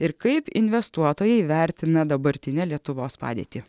ir kaip investuotojai vertina dabartinę lietuvos padėtį